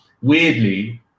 weirdly